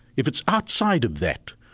if it's outside of that,